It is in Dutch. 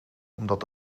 omdat